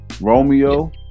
Romeo